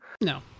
No